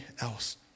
else